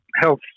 health